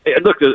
look